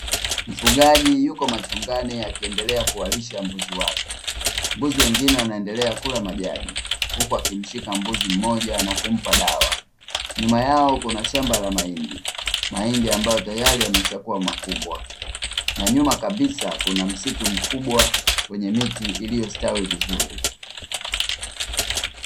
Mfugaji yuko machungani akiendelea kuwalisha mbuzi wake, mbuzi wengine wanaendelea kula majani, huku akimshika mbuzi mmoja na kumpa dawa ,nyuma yao kuna shamba la mahindi, mahindi ambayo tayari yameshakuwa makubwa, na nyuma kabisa kuna msitu mkubwa wenye miti iliyostawi vizuri.